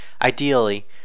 Ideally